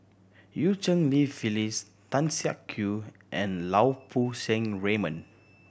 Eu Cheng Li Phyllis Tan Siak Kew and Lau Poo Seng Raymond